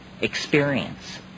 experience